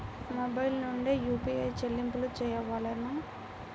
Mobile నుండే UPI చెల్లింపులు చేయవలెనా?